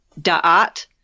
Da'at